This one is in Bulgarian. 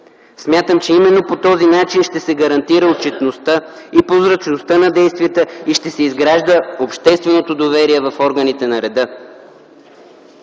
Смятам, че именно по този начин ще се гарантира отчетността и прозрачността на действията и ще се изгражда общественото доверие в органите на реда.